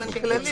מצוין.